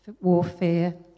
warfare